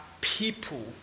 people